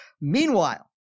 Meanwhile